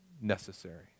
necessary